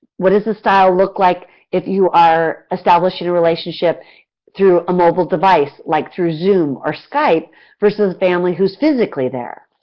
what does the style look like if you are establishing a relationship through a mobile devise like through zoom or skype versus a family who's physically there?